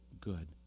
good